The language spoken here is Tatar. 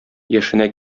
яшенә